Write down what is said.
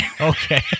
okay